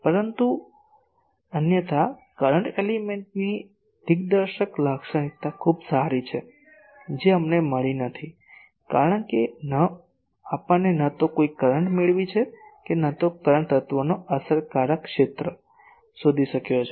પરંતુ અન્યથા કરંટ એલિમેન્ટની દિગ્દર્શક લાક્ષણિકતા ખૂબ સારી છે જે અમને મળી નથી કારણ કે આપણે ન તો કોઈ કરંટ મેળવી છે કે ન તો કરંટ તત્ત્વનો અસરકારક ક્ષેત્ર શોધી શક્યો છે